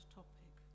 topic